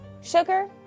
Sugar